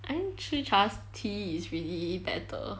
I think CHICHA's tea is really better